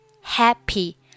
happy